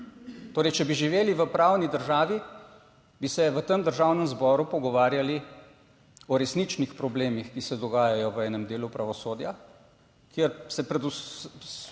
Torej, če bi živeli v pravni državi, bi se v tem Državnem zboru pogovarjali o resničnih problemih, ki se dogajajo v enem delu pravosodja, kjer se pred vsemi